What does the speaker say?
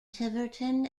tiverton